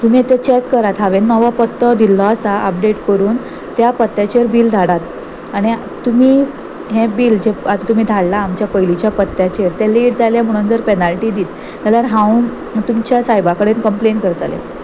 तुमी ते चॅक करात हांवें नवो पत्तो दिल्लो आसा अपडेट करून त्या पत्त्याचेर बील धाडात आनी तुमी हें बील जे आतां तुमी धाडला आमच्या पयलींच्या पत्त्याचेर तें लेट जाले म्हणून जर पॅनल्टी दीत जाल्यार हांव तुमच्या सायबा कडेन कंमप्लेन करतलें